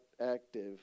active